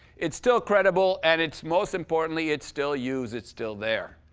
it's still credible, and it's most importantly, it's still used it's still there.